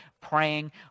praying